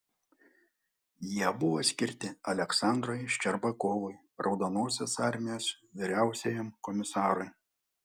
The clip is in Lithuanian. jie buvo skirti aleksandrui ščerbakovui raudonosios armijos vyriausiajam komisarui